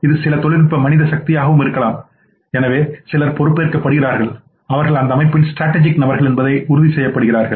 இது சில தொழில்நுட்ப மனித சக்தியாகவும் இருக்கலாம் எனவே சிலர் பொறுப்பேற்கப்படுகிறார்கள் அவர்கள் அந்த அமைப்பின் ஸ்ட்ராடஜிக் நபர்கள் என்பதை உறுதிசெய்கிறார்கள்